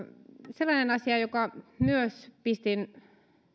sellainen asia jonka myös pistin